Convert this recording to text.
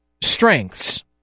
strengths